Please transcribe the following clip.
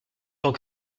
tant